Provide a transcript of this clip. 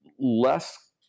less